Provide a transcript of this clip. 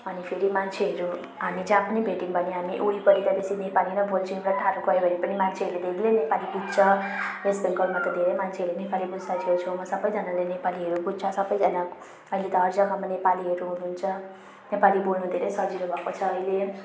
अनि फेरि मान्छेहरू हामी जहाँ पनि भेट्यौँ भने हामी वरिपरिकाले चाहिँ नेपाली नै बोल्छौँ र टाढो गयो भने पनि मान्छेहरूले बेग्लै नेपाली बुझ्छ र यस्तो मान्छेले नेपाली बुझ्छ छेउ छेउमा सबैजनाले नेपालीहरू बुझ्छ सबैजना अहिले त हर जगामा नेपालीहरू हुनु हुन्छ नेपाली बोल्नु धेरै सजिलो भएको छ अहिले